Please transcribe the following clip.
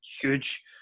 huge